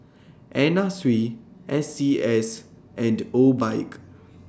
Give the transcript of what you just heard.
Anna Sui S C S and Obike